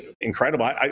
incredible